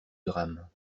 drame